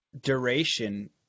duration